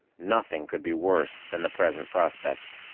nothing could be worse than the present prospects.